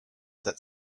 that